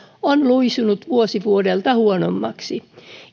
on luisunut vuosi vuodelta huonommaksi